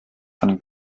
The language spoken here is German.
von